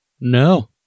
No